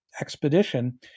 expedition